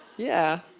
yeah.